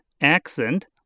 accent